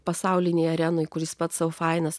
pasaulinėje arenoje kuris pats sau fainas